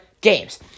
games